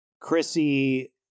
Chrissy